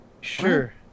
Sure